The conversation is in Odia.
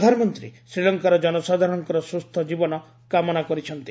ପ୍ରଧାନମନ୍ତ୍ରୀ ଶ୍ରୀଲଙ୍କାର ଜନସାଧାରଣଙ୍କ ସୁସ୍ଥ ଜୀବନ କାମନା କରିଛନ୍ତି